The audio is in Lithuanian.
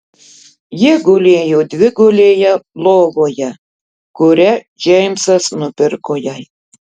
ji gulėjo dvigulėje lovoje kurią džeimsas nupirko jai